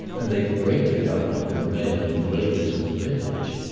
and they greatly outnumbered the men in the labors of the vintage.